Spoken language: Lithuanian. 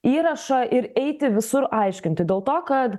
įrašą ir eiti visur aiškinti dėl to kad